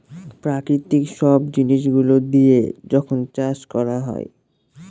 প্রাকৃতিক সব জিনিস গুলো দিয়া যখন চাষ করা হয়